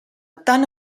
tan